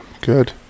good